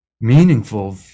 meaningful